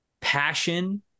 passion